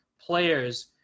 players